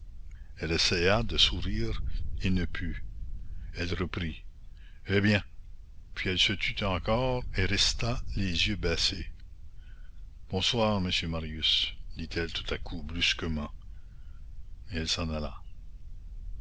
elle essaya de sourire et ne put elle reprit eh bien puis elle se tut encore et resta les yeux baissés bonsoir monsieur marius dit-elle tout à coup brusquement et elle s'en alla